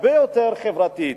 הרבה יותר חברתית.